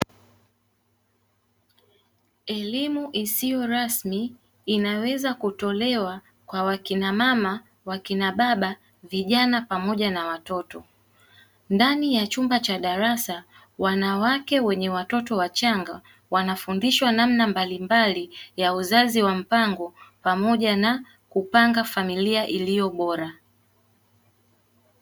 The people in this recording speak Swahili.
Elimu isiyo rasmi inayoweza kutolewa kwa wakina mama, wakina baba, vijana pamoja na watoto, ndani ya chumba cha darasa wanawake wenye watoto wachanga, wanafundishwa namna mbalimbali ya uzazi wa mpango, pamoja na kupanga familia iliyo bora.